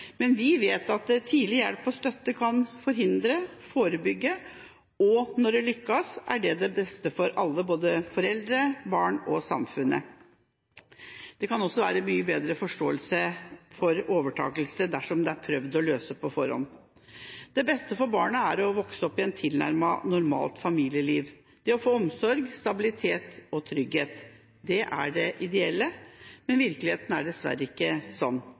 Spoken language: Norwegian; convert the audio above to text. Men vi vet at tidlig hjelp og støtte kan forhindre og forebygge, og når det lykkes, er det det beste for alle, både for foreldre, for barn og for samfunnet. Det kan også være større forståelse for overtakelse dersom man har prøvd å løse problemene i forkant. Det beste for barnet er å vokse opp med et tilnærmet normalt familieliv. Det å få omsorg, stabilitet og trygghet er det ideelle, men virkeligheten er dessverre ikke sånn.